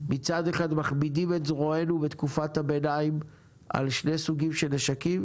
מצד אחד מכבידים את זרוענו בתקופת הביניים על שני סוגים של נשקים,